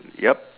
yup